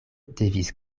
devis